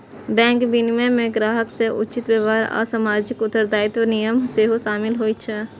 bank विनियमन मे ग्राहक सं उचित व्यवहार आ सामाजिक उत्तरदायित्वक नियम सेहो शामिल होइ छै